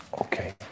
okay